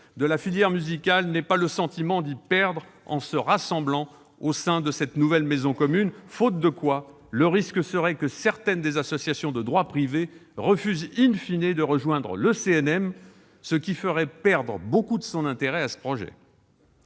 de la filière musicale n'aient pas le sentiment d'y perdre en se rassemblant au sein de cette nouvelle maison commune, faute de quoi le risque serait que certaines des associations de droit privé refusent de rejoindre le CNM, ce qui ferait perdre beaucoup de son intérêt au projet.